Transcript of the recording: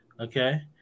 okay